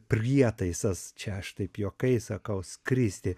prietaisas čia aš taip juokais sakau skristi